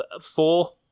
four